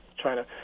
China